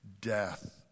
death